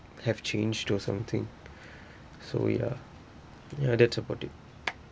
have changed or something so ya ya that's about it